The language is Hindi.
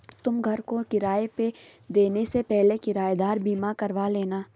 तुम घर को किराए पे देने से पहले किरायेदार बीमा करवा लेना